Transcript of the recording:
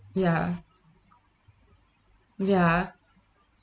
ya ya